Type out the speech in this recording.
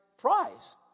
prize